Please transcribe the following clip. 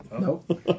nope